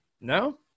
No